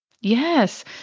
Yes